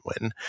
win